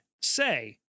say